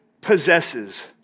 possesses